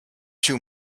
too